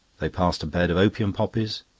they passed a bed of opium poppies,